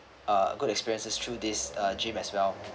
uh good experiences through this uh gym as well